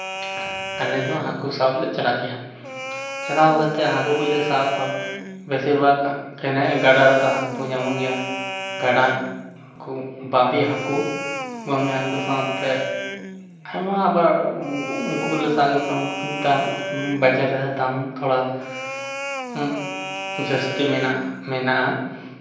ᱟᱞᱮ ᱫᱚ ᱦᱟᱹᱠᱩ ᱥᱟᱵ ᱞᱮ ᱪᱟᱞᱟᱜ ᱜᱮᱭᱟ ᱪᱟᱞᱟᱣ ᱠᱟᱛᱮᱜ ᱦᱟᱹᱠᱩ ᱠᱚᱡ ᱞᱮ ᱥᱟᱵ ᱠᱚᱣᱟ ᱵᱮᱥᱤᱨ ᱵᱷᱟᱜᱽ ᱜᱟᱰᱟ ᱨᱮᱫᱚ ᱦᱟᱹᱠᱩ ᱠᱚ ᱧᱟᱢᱚᱜ ᱜᱮᱭᱟ ᱜᱟᱰᱟ ᱠᱚ ᱵᱟᱹᱵᱤ ᱦᱟᱹᱠᱩ ᱵᱟᱹᱵᱤ ᱦᱟᱹᱠᱩ ᱥᱟᱶᱛᱮ ᱟᱭᱢᱟ ᱟᱵᱟᱨ ᱩᱱᱠᱩ ᱞᱮ ᱥᱟᱵ ᱟᱹᱜᱩ ᱠᱚᱣᱟ ᱩᱱᱠᱩ ᱱᱤᱛᱚᱝ ᱵᱟᱡᱟᱨ ᱨᱮ ᱫᱟᱢ ᱛᱷᱚᱲᱟ ᱡᱟᱹᱥᱛᱤ ᱡᱟᱹᱥᱛᱤ ᱢᱮᱱᱟᱜᱼᱟ